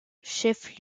chef